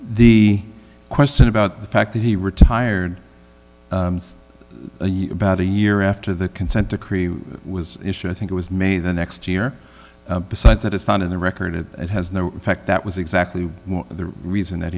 the question about the fact that he retired about a year after the consent decree was issued i think it was maybe the next year besides that it's not in the record it has no effect that was exactly the reason that